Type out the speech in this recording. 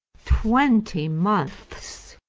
twenty months?